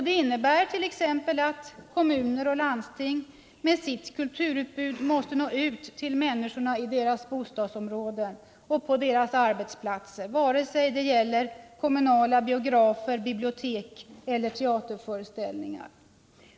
Det innebär t.ex. att kommuner och landsting med sitt kulturutbud måste nå ut till människorna i deras bostadsområden och på deras ar betsplatser, vare sig det gäller kommunala biografer, bibliotek eller tea — Nr 37 terföreställningar.